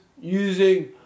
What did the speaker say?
using